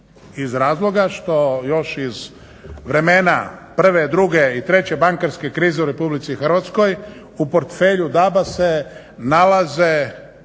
iz razloga što još iz vremena prve, druge i treće bankarske krize u Republici Hrvatskoj, i portfelju DAB-a se nalaze